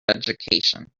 education